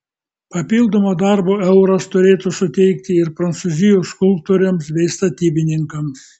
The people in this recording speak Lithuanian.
papildomo darbo euras turėtų suteikti ir prancūzijos skulptoriams bei statybininkams